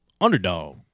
underdog